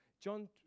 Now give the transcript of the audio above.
John